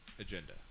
agenda